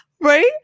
Right